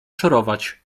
szorować